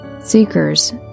seekers